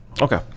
Okay